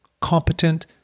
competent